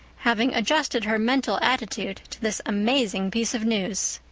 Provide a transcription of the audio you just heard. having adjusted her mental attitude to this amazing piece of news.